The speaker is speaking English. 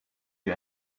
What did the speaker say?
you